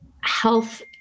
health